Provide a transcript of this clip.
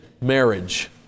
marriage